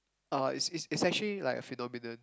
uh it's it's actually like a phenomenon